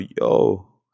yo